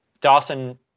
Dawson